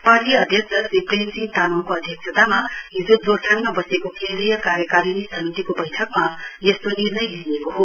party अध्यक्ष श्री प्रेमसिहं तामाङको अध्यक्षतामा हिजो सोरथाङमा वसेको केन्द्रीय कार्यकारिणी समितिको बैठकमा यस्तो निर्णय लिइएको हो